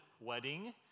wedding